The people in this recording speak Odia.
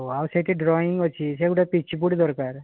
ହେଉ ଆଉ ସେଇଠି ଡ୍ରଇଂ ଅଛି ସେ ଗୋଟିଏ ପିଚୁ ବୋର୍ଡ଼ ଦରକାର